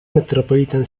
metropolitan